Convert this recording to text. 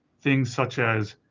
things such as,